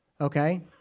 okay